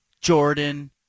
Jordan